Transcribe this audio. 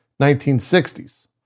1960s